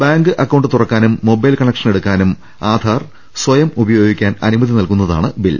bank account തുറക്കാനും mobile കണക്ഷനെടുക്കാനും ആധാർ സ്വയം ഉപയോഗിക്കാൻ അനുമതി നൽകുന്നതാണ് ബിൽ